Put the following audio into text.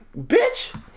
bitch